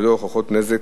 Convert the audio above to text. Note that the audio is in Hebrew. ללא הוכחת נזק,